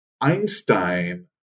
Einstein